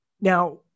Now